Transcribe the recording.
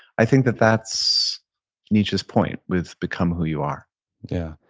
i think that that's nietzsche's point with become who you are yeah.